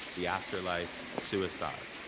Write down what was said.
the afterlife, suicide.